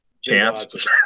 chance